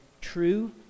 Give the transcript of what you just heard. true